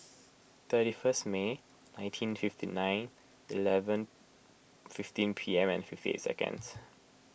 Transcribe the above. thirty first May nineteen fifty nine eleven fifteen P M and fifty eight seconds